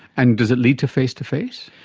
and does it lead to face-to-face?